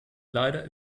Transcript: leider